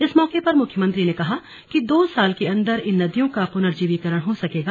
इस मौके पर मुख्यमंत्री ने कहा कि दो साल के अन्दर इन नदियों का पुनर्जीवीकरण हो सकेगा